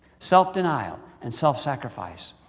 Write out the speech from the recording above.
self-denial, and self-sacrifice,